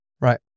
Right